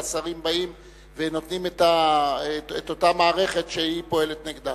שהשרים באים ונותנים את אותה מערכת שהיא פועלת נגדה,